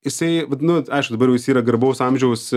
jisai vat nu aišku dabar jau jis yra garbaus amžiaus